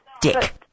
Dick